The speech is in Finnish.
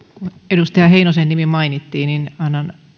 edustaja heinosen nimi mainittiin niin annan